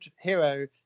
hero